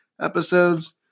episodes